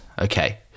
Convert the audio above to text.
Okay